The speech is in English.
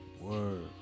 Word